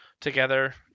together